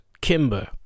Kimber